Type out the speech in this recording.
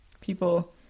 people